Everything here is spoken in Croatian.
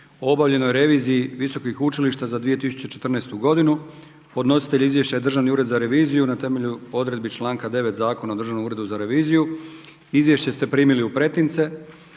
obavljenoj reviziji visokih učilišta za 2014. godinu Podnositelj izvješća je Državni ured za reviziju na temelju odredbi članka 9. Zakona o Državnom uredu za reviziju. Izvješća ste primili u pretince.